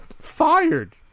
Fired